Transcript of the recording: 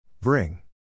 Bring